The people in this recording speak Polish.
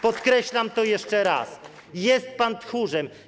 Podkreślam to jeszcze raz: jest pan tchórzem.